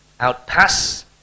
outpass